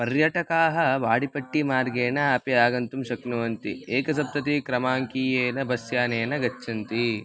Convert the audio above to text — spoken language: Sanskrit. पर्यटकाः वाडिपट्टीमार्गेण अपि आगन्तुं शक्नुवन्ति एकसप्ततिक्रमाङ्कीयेन बस्यानेन गच्छन्ति